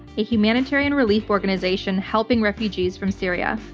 a humanitarian relief organization helping refugees from syria.